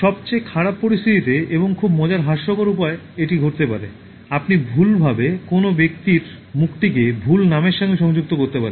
সবচেয়ে খারাপ পরিস্থিতিতে এবং খুব মজার হাস্যকর উপায়ে এটি ঘটতে পারে আপনি ভুলভাবে কোনও ব্যক্তির মুখটিকে ভুল নামের সাথে সংযুক্ত করতে পারেন